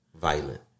violent